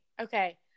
Okay